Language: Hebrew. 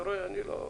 אתה רואה, אני לא.